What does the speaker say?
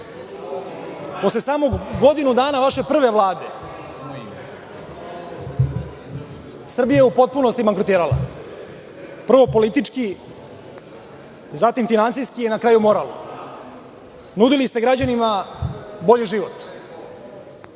Posle samo godinu dana vaše prve Vlade Srbija je u potpunosti bankrotirala. Prvo politički, zatim finansijski i na kraju moralno. Nudili ste građanima bolji život.